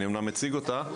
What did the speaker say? אני אומנם מציג אותה.